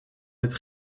het